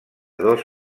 dos